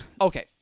Okay